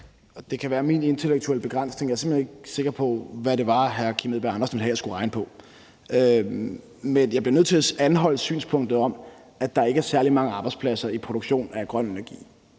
Det kan skyldes min intellektuelle begrænsning, men jeg er simpelt hen ikke sikker på, hvad det var, hr. Kim Edberg Andersen ville have jeg skulle regne på. Men jeg bliver nødt til at anholde synspunktet om, at der ikke er særlig mange arbejdspladser i produktion af grøn energi.